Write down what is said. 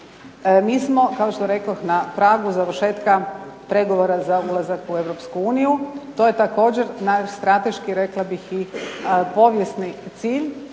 Mi smo kao što rekoh na pragu završetka pregovora za ulazak u Europsku uniju, to je također naš strateških rekla bih i povijesnih cilj.